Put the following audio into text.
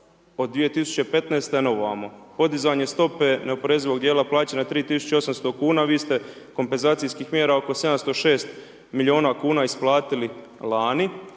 od 2015. na ovamo, podizanje stope neoporezivog dijela plaćanja 3800 kn, vi ste kompenzacijskih mjera oko 706 milijuna kuna isplatili lani.